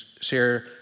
share